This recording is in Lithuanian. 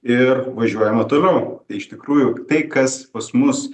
ir važiuojame toliau tai iš tikrųjų tai kas pas mus